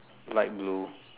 light blue